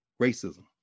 racism